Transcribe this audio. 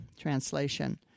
translation